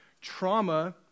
trauma